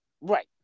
Right